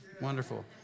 Wonderful